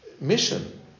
mission